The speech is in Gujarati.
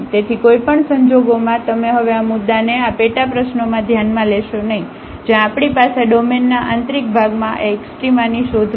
તેથી કોઈ પણ સંજોગોમાં તમે હવે આ મુદ્દાને આ પેટા પ્રશ્નોમાં ધ્યાનમાં લેશો નહીં જ્યાં આપણી પાસે ડોમેનના આંતરિક ભાગમાં આ એક્સ્ટ્રામાની શોધમાં છે